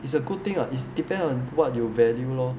it's a good thing [what] is depend what do you value lor